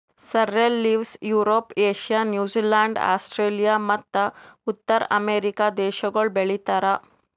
sorrel leaves Europe, Asia, New Zealand, Australia ಮತ್ತ ಉತ್ತರ America ದೇಶಗೊಳ್ ಬೆ ಳಿತಾರ್